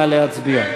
נא להצביע.